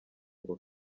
ngo